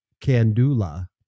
Kandula